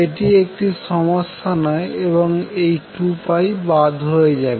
এটি একটি সমস্যা নয় এবং এই 2π বাদ হবে